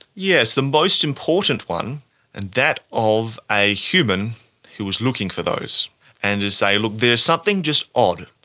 yes, the most important one and that of a human who was looking for those and say, look, there's something just odd.